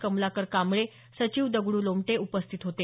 कमलाकर कांबळे सचिव दगडू लोमटे उपस्थित होते